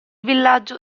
villaggio